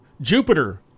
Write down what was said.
jupiter